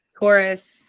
Taurus